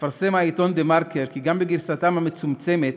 מפרסם העיתון "דה-מרקר", כי גם בגרסתן המצומצמת,